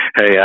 hey